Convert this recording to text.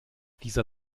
dieser